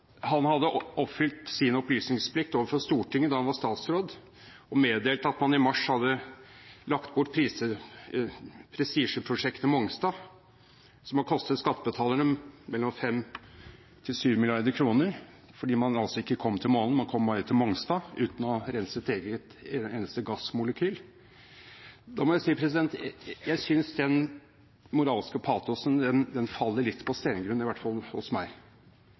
han hadde oppfylt sin opplysningsplikt overfor Stortinget da han var statsråd, og meddelt at man i mars 2013 hadde lagt bort prestisjeprosjektet Mongstad, som har kostet skattebetalerne 5–7 mrd. kr, fordi man ikke kom til månen, man kom bare til Mongstad, uten å rense et eneste gassmolekyl – vel, jeg synes den moralske patosen faller litt på steingrunn, i hvert fall hos meg,